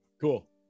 Cool